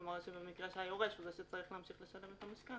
כלומר במקרה שהיורש הוא מי שצריך להמשיך לשלם את המשכנתה.